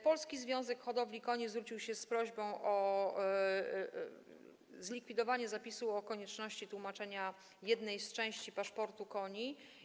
Polski Związek Hodowców Koni zwrócił się z prośbą o zlikwidowanie zapisu o konieczności tłumaczenia jednej z części paszportu koni.